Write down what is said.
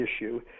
issue